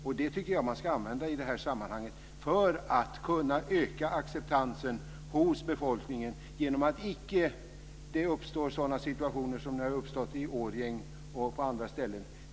Jag tycker att man ska använda detta i det här sammanhanget för att öka acceptansen hos befolkningen. Genom detta uppstår inte sådana situationer som nu har uppstått i Årjäng och på andra ställen.